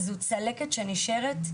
זו צלקת שנשארת.